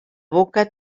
boca